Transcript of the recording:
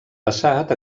passat